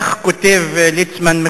כך כותב ליצמן,